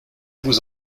vous